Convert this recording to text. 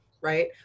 right